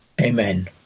Amen